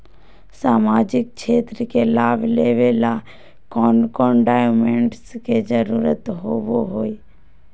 सामाजिक क्षेत्र के लाभ लेबे ला कौन कौन डाक्यूमेंट्स के जरुरत होबो होई?